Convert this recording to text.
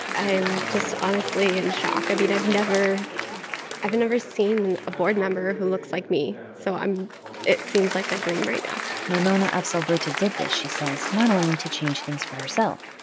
i'm just honestly in shock. i mean, i've never i've never seen a board member who looks like me. so i'm it seems like a dream right now maimona afzal berta did this, she says, not only to change things for herself,